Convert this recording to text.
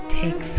take